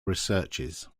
researches